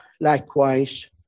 likewise